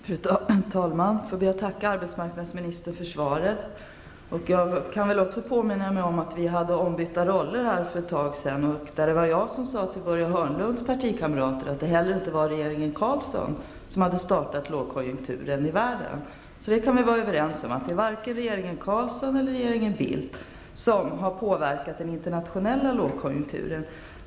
Fru talman! Jag ber att få tacka arbetsmarknadsministern för svaret. Jag kan väl också påminna om att vi hade ombytta roller här för ett tag sedan. Då var det jag som sade till Börje Hörnlunds partikamrater att det inte heller var regeringen Carlsson som hade startat lågkonjunkturen i världen. Vi kan vara överens om att det varken är regeringen Carlsson eller regeringen Bildt som har påverkat den internationella lågkonjunkturen.